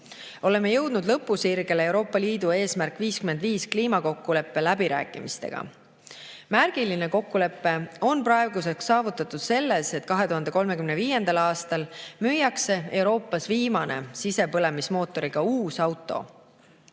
õlul. Oleme jõudnud lõpusirgele Euroopa Liidu "Eesmärk 55" kliimakokkuleppe läbirääkimistega. Märgiline kokkulepe on praeguseks saavutatud selles, et 2035. aastal müüakse Euroopas viimane sisepõlemismootoriga uus auto.